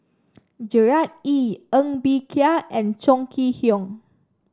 Gerard Ee Ng Bee Kia and Chong Kee Hiong